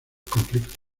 conflictos